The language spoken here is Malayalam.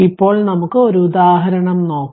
ഇപ്പോൾ നമുക്ക് ഒരു ഉദാഹരണം നോക്കാം